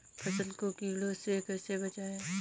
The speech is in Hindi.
फसल को कीड़ों से कैसे बचाएँ?